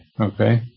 okay